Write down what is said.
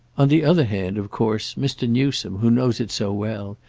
on the other hand of course mr. newsome, who knows it so well,